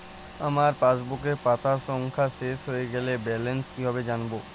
আমার পাসবুকের পাতা সংখ্যা শেষ হয়ে গেলে ব্যালেন্স কীভাবে জানব?